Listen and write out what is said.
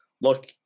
Look